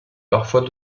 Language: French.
parfois